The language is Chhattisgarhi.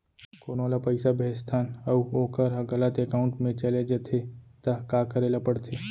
कोनो ला पइसा भेजथन अऊ वोकर ह गलत एकाउंट में चले जथे त का करे ला पड़थे?